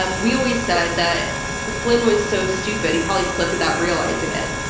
um we always said that flynn was so stupid he probably flipped without realizing it.